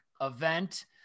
event